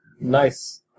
Nice